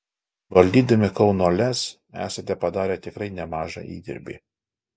valdydami kauno lez esate padarę tikrai nemažą įdirbį